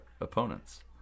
opponents